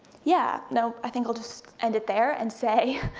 yeah, nope, i think i'll just end it there, and say